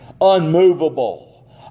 unmovable